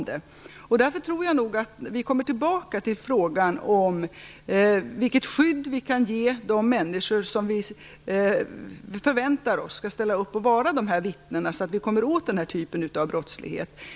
Därför tror jag att vi kommer tillbaka till frågan om vilket skydd vi kan ge de människor som vi förväntar oss skall ställa upp och vara vittnen, så att vi kommer åt den här typen av brottslighet.